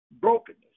brokenness